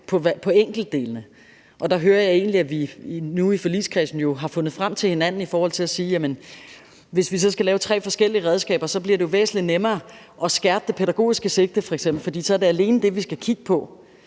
på enkeltdelene. Og det, jeg egentlig hører i forligskredsen, er, at vi nu har fundet frem til hinanden i forhold til at sige, at hvis vi laver tre forskellige redskaber, bliver det væsentlig nemmere f.eks. at skærpe det pædagogiske sigte, for så er det alene dét, vi skal kigge på